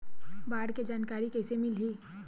बाढ़ के जानकारी कइसे मिलही?